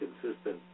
consistent